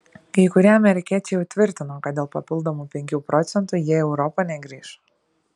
kai kurie amerikiečiai jau tvirtino kad dėl papildomų penkių procentų jie į europą negrįš